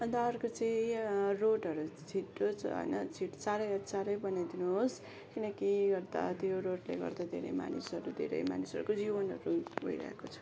अन्त अर्को चाहिँ रोडहरू छिटो छ होइन छिट् चाँडै भने चाँडै बनाइदिनुहोस् किनकि अन्त त्यो रोडले गर्दा धेरै मानिसहरू धेरै मानिसहरूको जिवनहरू गइरहेको छ